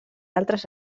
altres